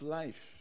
life